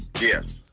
Yes